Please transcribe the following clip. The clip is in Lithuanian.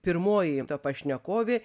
pirmoji to pašnekovė